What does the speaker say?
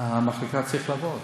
המחלקה צריכה לעבוד.